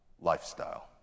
lifestyle